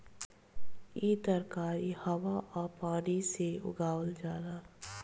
इ तरकारी हवा आ पानी से उगावल जाला